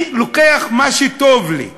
אני לוקח מה שטוב לי,